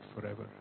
forever